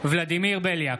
ולדימיר בליאק,